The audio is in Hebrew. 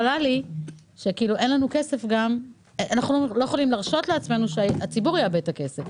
אנחנו לא יכולים להרשות לעצמנו שהציבור יאבד את הכסף.